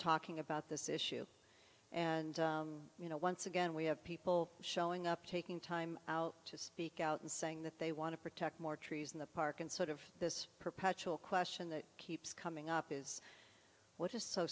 talking about this issue and you know once again we have people showing up taking time out to speak out and saying that they want to protect more trees in the park and sort of this perpetual question that keeps coming up is what is so